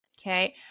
Okay